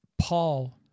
Paul